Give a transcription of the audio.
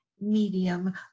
medium